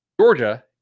Georgia